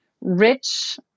rich